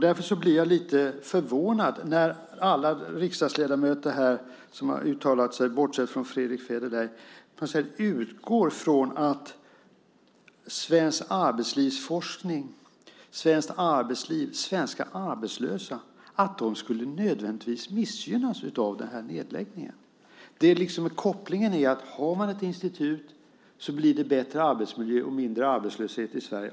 Därför blir jag lite förvånad när alla riksdagsledamöter som här har uttalat sig, bortsett från Fredrick Federley, utgår från att svensk arbetslivsforskning, svenskt arbetsliv och svenska arbetslösa nödvändigtvis skulle missgynnas av den här nedläggningen. Kopplingen är att om man har ett institut så blir det bättre arbetsmiljö och mindre arbetslöshet i Sverige.